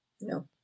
No